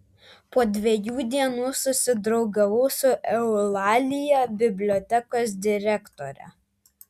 po dviejų dienų susidraugavau su eulalija bibliotekos direktore